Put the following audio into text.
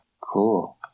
cool